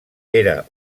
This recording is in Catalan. era